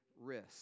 risk